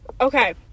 Okay